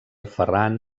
ferran